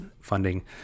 funding